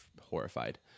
horrified